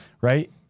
right